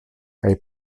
kaj